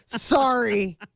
Sorry